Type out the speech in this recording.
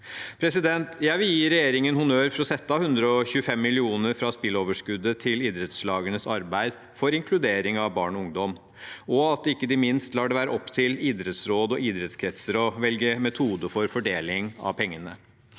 Jeg vil gi regjeringen honnør for å sette av 125 mill. kr fra spilloverskuddet til idrettslagenes arbeid for inkludering av barn og ungdom, og for at de ikke minst lar det være opp til idrettsråd og idrettskretser å velge metode for fordeling av pengene.